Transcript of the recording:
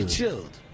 chilled